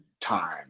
time